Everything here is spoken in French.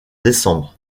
décembre